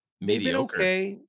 mediocre